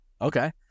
Okay